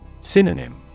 Synonym